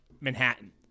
Manhattan